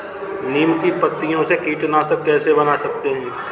नीम की पत्तियों से कीटनाशक कैसे बना सकते हैं?